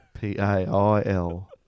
P-A-I-L